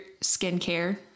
skincare